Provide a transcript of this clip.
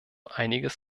einiges